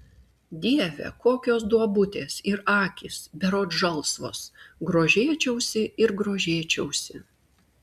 dieve kokios duobutės ir akys berods žalsvos grožėčiausi ir grožėčiausi